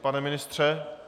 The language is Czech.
Pane ministře?